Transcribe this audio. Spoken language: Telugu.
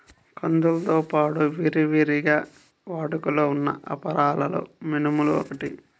కందులతో పాడు విరివిగా వాడుకలో ఉన్న అపరాలలో మినుములు ఒకటి